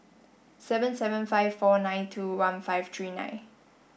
seven seven five four nine two one five three nine